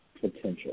potential